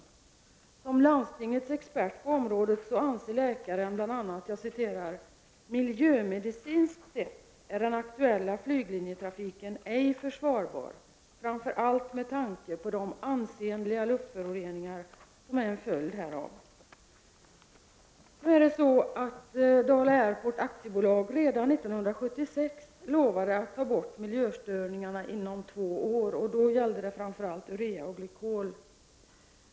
Som landstingets expert på området uttalar läkaren bl.a.: ”Miljömedicinskt sett är den aktuella flyglinjetrafiken ej försvarbar, framför allt med tanke på de ansenliga luftföroreningar som är en följd härav.” Redan 1976 lovade Dala Airport AB att ta bort miljöstörningarna inom två år. Då gällde det framför allt urea och glykol.